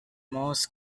most